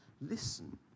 Listen